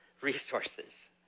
resources